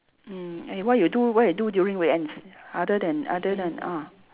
mm eh what you do what you do during weekends other than other than ah